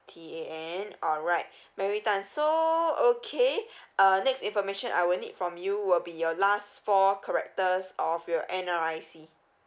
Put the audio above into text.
T A N alright mary tan so okay uh next information I would need from you will be your last four characters of your N_R_I_C